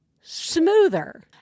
smoother